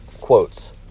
quotes